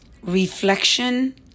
Reflection